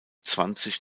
zwanzig